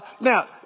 Now